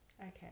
okay